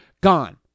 Gone